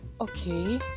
okay